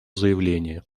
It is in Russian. заявление